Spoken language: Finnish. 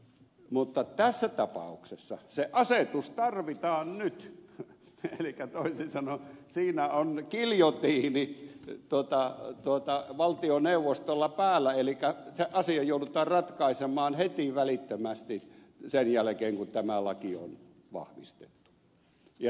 mutta tässä tapauksessa se asetus tarvitaan nyt elikkä toisin sanoen siinä on giljotiini valtioneuvostolla päällä elikkä se asia joudutaan ratkaisemaan heti välittömästi sen jälkeen kun tämä laki on vahvistettu